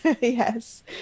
Yes